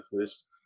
first